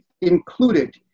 included